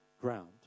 ground